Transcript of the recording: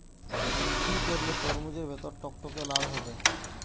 কি করলে তরমুজ এর ভেতর টকটকে লাল হবে?